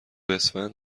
اسفند